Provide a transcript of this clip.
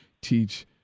Teach